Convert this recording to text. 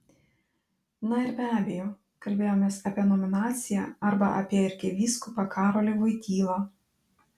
na ir be abejo kalbėjomės apie nominaciją arba apie arkivyskupą karolį voitylą